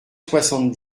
soixante